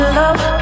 love